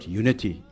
unity